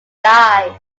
died